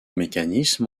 mécanisme